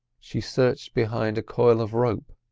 she searched behind a coil of rope,